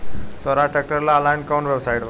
सोहराज tractor ला online कोउन website बा?